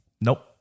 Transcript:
Nope